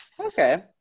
Okay